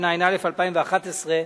התשע"א 2011,